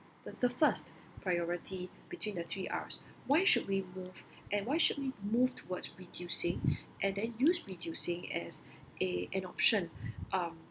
that's the first priority between the three Rs why should we move and should we move towards reducing and then use reducing as a an option um